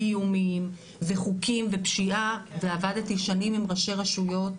איומים וחוקים ופשיעה ועבדתי שנים עם ראשי רשויות,